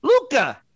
Luca